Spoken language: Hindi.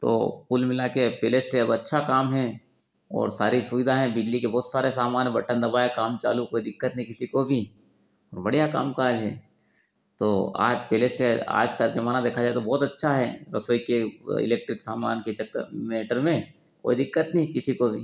तो कुल मिला के पहले से अब अच्छा काम है और सारी सुविधा हैं बिजली के बहुत सारे सामान है बटन दबाया काम चालू कोई दिक्कत नहीं किसी को वी बढ़िया काम काज है तो आज पहले से आज का जमाना देखा जाए तो बहुत अच्छा है रसोई के इलेक्ट्रिक सामान के चक्कर मेटर में कोई दिक्कत नहीं किसी को भी